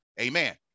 amen